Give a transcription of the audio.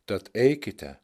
tad eikite